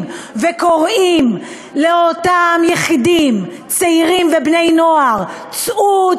וקוראים לאותם יחידים צעירים ובני-נוער: צאו,